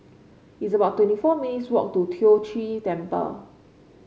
it's about twenty four minutes' walk to Tiong Ghee Temple